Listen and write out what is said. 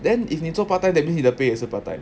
then if 你做 part time that means 你的 pay 也是 part time